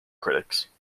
critics